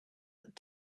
that